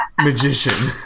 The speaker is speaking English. magician